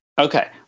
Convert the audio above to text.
Okay